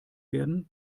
werden